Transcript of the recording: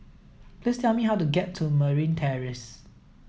please tell me how to get to Marine Terrace